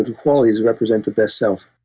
qualities represent the best self.